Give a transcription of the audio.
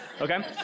okay